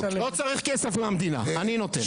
לא צריך כסף מהמדינה, אני נותן.